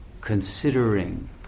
considering